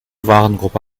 warengruppe